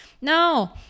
No